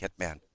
Hitman